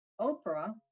Oprah